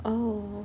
oh